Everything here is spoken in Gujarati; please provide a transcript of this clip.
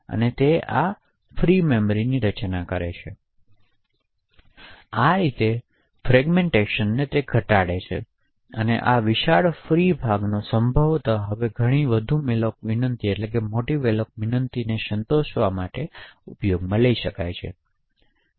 તેથી આ રીતે ફ્રેગમેન્ટેશનને ઘટાડી શકાય છે આ વિશાળ ફ્રી ભાગનો સંભવત હવે ઘણી વધુ મેલોક વિનંતીઓને સેવા આપવા માટે ઉપયોગમાં લઈ શકાય છે